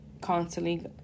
constantly